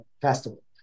Festival